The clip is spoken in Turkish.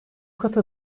katı